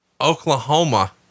Oklahoma